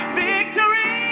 victory